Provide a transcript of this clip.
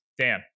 Dan